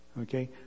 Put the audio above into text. Okay